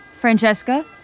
Francesca